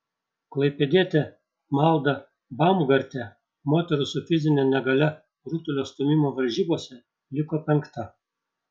klaipėdietė malda baumgartė moterų su fizine negalia rutulio stūmimo varžybose liko penkta